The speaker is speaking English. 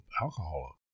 alcohol